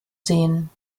sehen